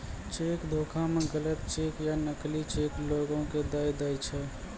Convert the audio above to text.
cheque धोखा मे गलत चेक या नकली चेक लोगो के दय दै छै